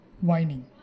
whining